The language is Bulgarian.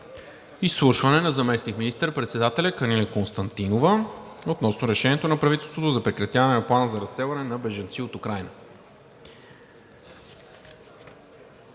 Изслушване на заместник министър председателя Калина Константинова относно решението на правителството за прекратяване на Плана за разселване на бежанци от Украйна.